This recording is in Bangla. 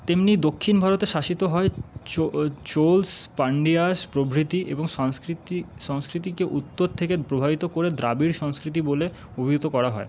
তেমনি দক্ষিণ ভারতে শাসিত হয় চোলস পান্ডিয়াস প্রভৃতি এবং সংস্কৃতি সংস্কৃতিকে উত্তর থেকে প্রভাবিত করে দ্রাবিড় সংস্কৃতি বলে অভিহিত করা হয়